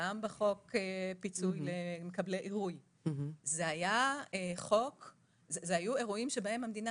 וגם בחוק פיצוי למקבלי עירוי היה מדובר באירועים שבהם המדינה